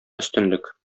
өстенлек